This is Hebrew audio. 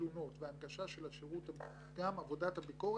זה נכון שהיא לא מכירה ספציפית את הגופים אלא עוברת מגוף לגוף,